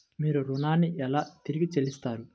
మీరు ఋణాన్ని ఎలా తిరిగి చెల్లిస్తారు?